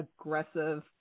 aggressive